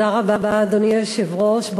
תודה רבה, אדוני היושב-ראש.